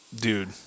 dude